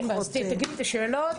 אין בעיה, תשאלי את השאלות.